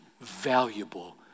valuable